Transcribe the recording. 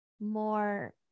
more